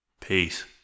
Peace